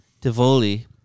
Tivoli